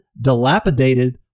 dilapidated